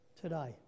Today